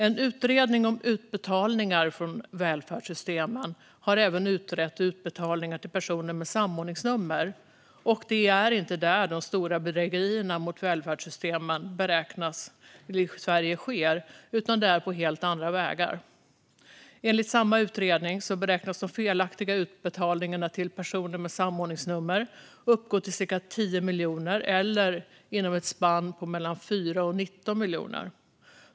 En utredning om utbetalningar från välfärdssystemen har även utrett utbetalningar till personer med samordningsnummer, och det är inte där de stora bedrägerierna mot välfärdssystemen i Sverige sker utan på helt andra vägar. Enligt samma utredning beräknas de felaktiga utbetalningarna till personer med samordningsnummer uppgå till cirka 10 miljoner eller inom ett spann på 4-19 miljoner kronor.